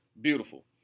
beautiful